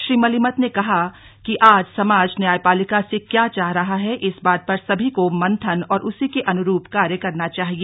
श्री मलिमत ने कहा कि आज समाज न्यायपालिका से क्या चाह रहा है इस बात पर सभी को मंथन और उसी के अनुरूप कार्य करना चाहिए